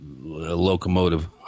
locomotive